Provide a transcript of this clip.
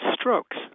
strokes